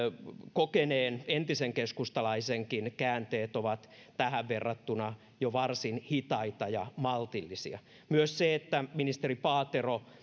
kokeneen entisen keskustalaisenkin käänteet ovat tähän verrattuna jo varsin hitaita ja maltillisia myös se että ministeri paatero